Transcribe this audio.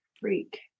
freak